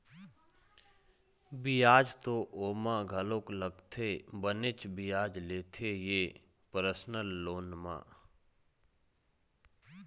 बियाज तो ओमा घलोक लगथे बनेच बियाज लेथे ये परसनल लोन म